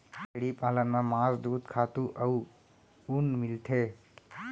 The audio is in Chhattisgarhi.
भेड़ी पालन म मांस, दूद, खातू अउ ऊन मिलथे